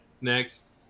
next